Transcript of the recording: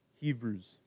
Hebrews